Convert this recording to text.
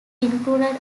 included